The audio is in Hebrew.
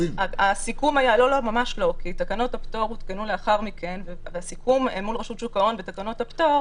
הפטור הותקנו לאחר מכן והסיכום מול רשות שוק ההון בתקנות הפטור